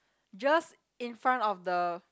just in front of the